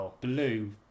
Blue